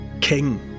king